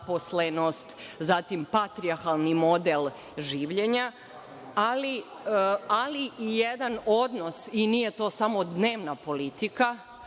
nezaposlenost, zatim patrijarhalni model življenja, ali i jedan odnos, i nije to samo dnevna politika.